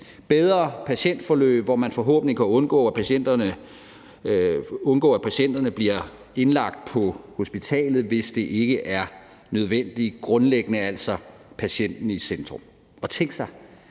bedre patientforløb, hvor man forhåbentlig kan undgå, at patienterne bliver indlagt på hospitalet, hvis det ikke er nødvendigt, og hvor patienten grundlæggende er i centrum. Og tænk sig,